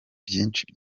byinshi